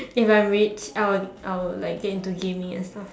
if I rich I will I will like get into gaming also